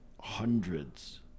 hundreds